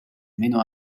meno